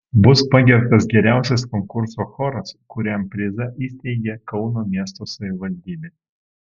bus pagerbtas geriausias konkurso choras kuriam prizą įsteigė kauno miesto savivaldybė